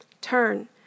Turn